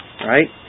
right